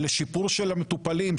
לשיפור של המטופלים,